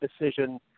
decision